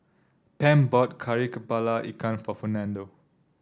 Pam bought Kari kepala Ikan for Fernando